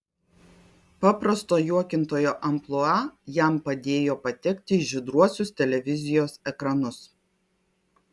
paprasto juokintojo amplua jam padėjo patekti į žydruosius televizijos ekranus